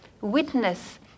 witness